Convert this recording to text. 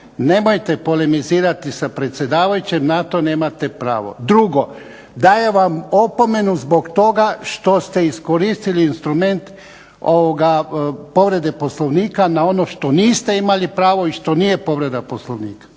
nemojte polemizirati sa predsjedavajućim, na to nemate pravo. Drugo. Dajem vam opomenu zbog toga što ste iskoristili instrument povrede POslovnika na ono što niste imali pravo i što nije povreda POslovnika.